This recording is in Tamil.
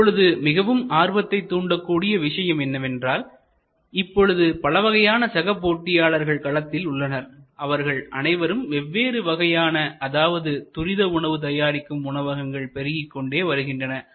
இப்பொழுது மிகவும் ஆர்வத்தைத் தூண்டக் கூடிய விஷயம் என்னவென்றால் இப்பொழுது பலவகையான சக போட்டியாளர்கள் களத்தில் உள்ளனர் அவர்கள் அனைவரும் வெவ்வேறு வகையான அதாவது துரித உணவுகளைத் தயாரிக்கும் உணவகங்கள் பெருகிக் கொண்டே வருகின்றன